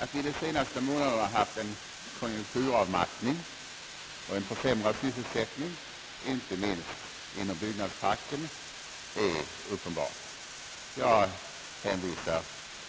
Att vi under de senaste månaderna haft en konjunkturavmattning och en försämrad sysselsättning, inte minst inom byggfacken, är uppenbart. Jag hänvisar